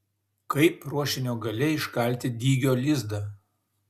kaip ruošinio gale iškalti dygio lizdą